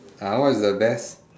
ah what's the best